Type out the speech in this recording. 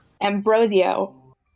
Ambrosio